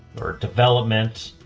or development,